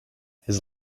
his